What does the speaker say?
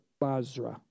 Basra